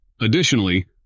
Additionally